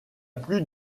plus